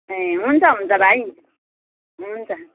ए हुन्छ हुन्छ भाइ हुन्छ